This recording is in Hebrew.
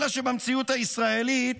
אלא שבמציאות הישראלית